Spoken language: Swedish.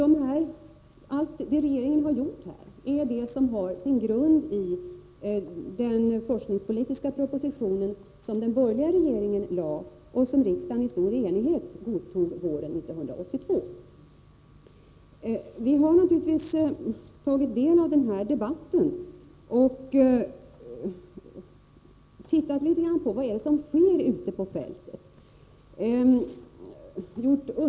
Det enda regeringen har gjort i fråga om detta är det som har sin grund i den forskningspolitiska proposition som den borgerliga regeringen lade fram och som riksdagen stor enighet godtog våren 1982. Regeringen har naturligtvis tagit del av den här debatten och gjort undersökningar av vad som sker ute på fältet.